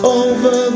over